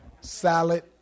salad